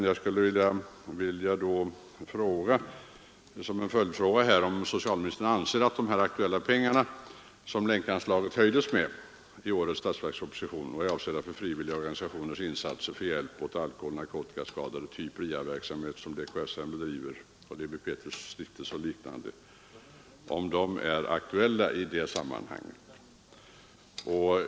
Jag vill nu bara ställa en följdfråga: Anser socialministern att dessa aktuella pengar som anslaget till Länkrörelsen höjdes med i årets statsverksproposition och som är avsedda för frivilliga organisationers insatser för hjälp åt alkoholoch narkotikaskadade — alltså till RIA-verksamheten och i det arbete som DKSN, Lewi Pethrus” stiftelse m.fl. bedriver — är aktuella i detta sammanhang?